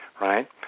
right